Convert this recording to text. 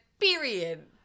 Period